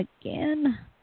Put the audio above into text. Again